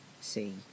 see